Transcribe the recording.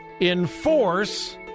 enforce